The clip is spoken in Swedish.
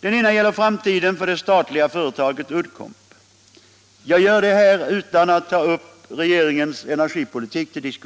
Den ena gäller framtiden för det statliga företaget Uddcomb. Jag gör det utan att här ta upp till diskussion regeringens energipolitik.